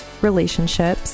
relationships